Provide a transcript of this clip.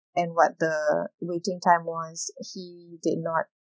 and what the waiting time was he did not